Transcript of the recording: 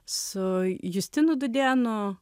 su justinu dudėnu